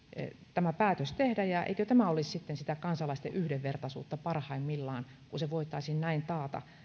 tämä päätös tehdä eikö tämä olisi sitten sitä kansalaisten yhdenvertaisuutta parhaimmillaan kun se voitaisiin näin taata